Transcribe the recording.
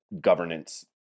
governance